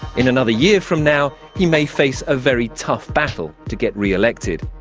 in another year from now he may face a very tough battle to get re-elected.